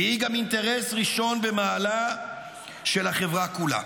והיא גם אינטרס ראשון במעלה של החברה כולה.